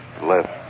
left